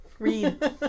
Read